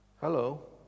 Hello